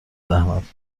زحمت